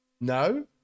No